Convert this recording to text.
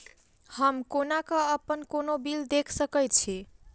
हम कोना कऽ अप्पन कोनो बिल देख सकैत छी?